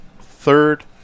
third